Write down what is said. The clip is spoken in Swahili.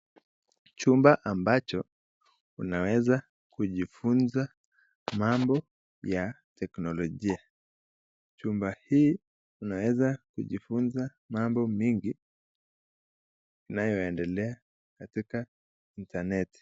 Chumba ambacho unaweza kujifunza mambo ya tekinolojia, chumba hii unaweza kujifunza mambo mengi inayoendelea katika intaneti.